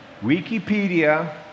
Wikipedia